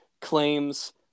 Claims